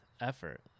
effort